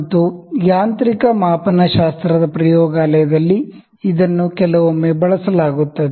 ಮತ್ತು ಯಾಂತ್ರಿಕ ಮಾಪನ ಶಾಸ್ತ್ರದ ಪ್ರಯೋಗಾಲಯದಲ್ಲಿ ಇದನ್ನು ಕೆಲವೊಮ್ಮೆ ಬಳಸಲಾಗುತ್ತದೆ